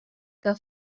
que